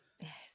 Yes